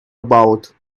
about